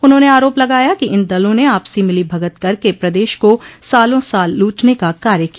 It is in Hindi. उन्होंने आरोप लगाया कि इन दलों ने आपसी मिलीभगत करके प्रदेश को सालों साल लूटने का कार्य किया